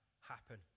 happen